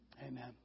Amen